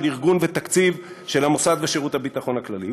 של ארגון ותקציב של המוסד ושירות הביטחון הכללי.